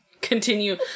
continue